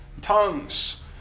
Tongues